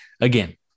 again